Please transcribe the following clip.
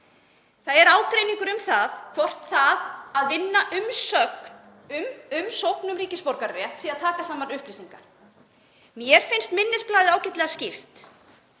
saman. Ágreiningur er um það hvort það að vinna umsögn um umsókn um ríkisborgararétt sé að taka saman upplýsingar. Mér finnst minnisblaðið ágætlega skýrt.